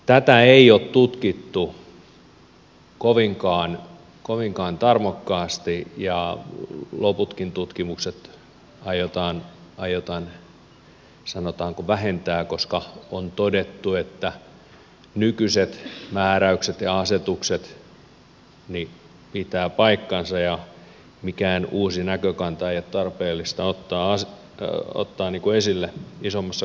tätä ei ole tutkittu kovinkaan tarmokkaasti ja loppujakin tutkimuksia aiotaan sanotaanko vähentää koska on todettu että nykyiset määräykset ja asetukset pitävät paikkansa ja mitään uutta näkökantaa ei ole tarpeellista ottaa esille isommassa huomiossa